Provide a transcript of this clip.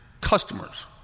customers